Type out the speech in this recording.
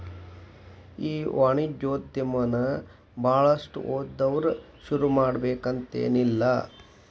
ಈ ವಾಣಿಜ್ಯೊದಮನ ಭಾಳಷ್ಟ್ ಓದ್ದವ್ರ ಶುರುಮಾಡ್ಬೆಕಂತೆನಿಲ್ಲಾ